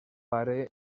pare